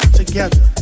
together